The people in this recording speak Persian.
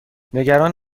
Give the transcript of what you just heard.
نگران